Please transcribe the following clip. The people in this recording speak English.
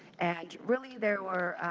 and really there were,